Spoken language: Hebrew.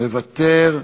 מוותר.